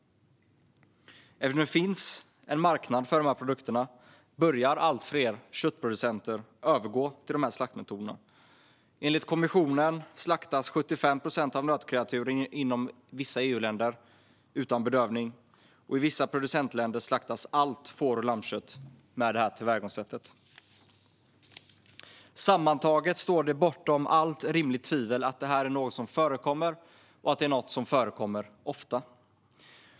Eftersom det finns en marknad för dessa produkter börjar allt fler köttproducenter övergå till dessa slaktmetoder. Enligt kommissionen slaktas 75 procent av nötkreaturen inom vissa EU-länder utan bedövning, och i vissa producentländer slaktas allt får och lammkött med det tillvägagångssättet. Sammantaget står det bortom allt rimligt tvivel att det här är något som förekommer och att det är något som förekommer ofta.